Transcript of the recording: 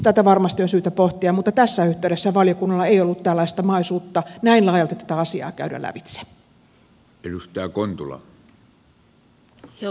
tätä varmasti on syytä pohtia mutta tässä yhteydessä valiokunnalla ei ollut tällaista mahdollisuutta näin laajalti tätä asiaa käydä lävitse